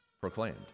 proclaimed